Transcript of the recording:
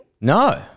No